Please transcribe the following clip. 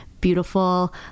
beautiful